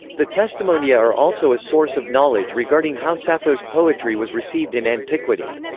the testimonia are also a source of knowledge regarding how sappho's poetry was received in antiquity.